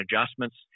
adjustments